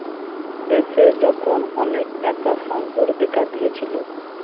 দেশে যখন অনেক টাকার সংকট দেখা দিয়েছিলো